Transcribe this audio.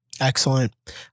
Excellent